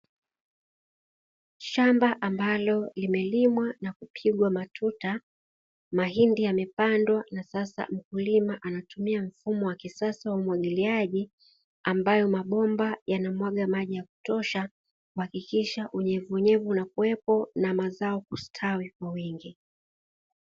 Shamba ambalo limelimwa na kupigwa matuta, mahindi yamepandwa na sasa mkulima anatumia mfumo wa kisasa wa umwagiliaji ambayo mabomba yanamwaga maji ya kutosha, kuhakikisha unyevunyevu unakuwepo na mazao kustawi kwa wingi.